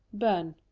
byrne.